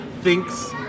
thinks